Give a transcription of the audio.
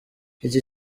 iki